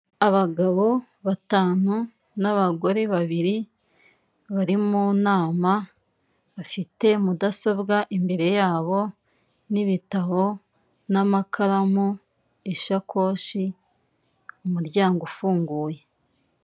Abagabo batanu n'abagore babiri, bari mu nama bafite mudasobwa imbere yabo, n'ibitabo n'amakaramu, ishakoshi, umuryango ufunguye.